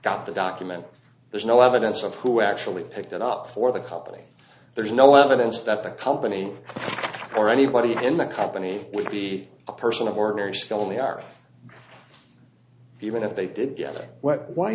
got the document there's no evidence of who actually picked it up for the company there's no evidence that the company or anybody in the company would be a person of ordinary scholarly are even if they did gather wh